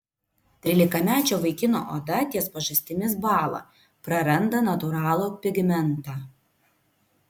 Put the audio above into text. trylikamečio vaikino oda ties pažastimis bąla praranda natūralų pigmentą